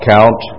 Count